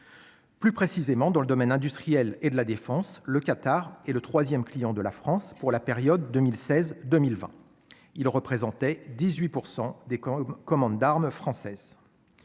Plus précisément dans le domaine industriel et de la défense, le Qatar et le 3ème, client de la France pour la période 2016, 2020, il représentait 18 % des commandes d'armes françaises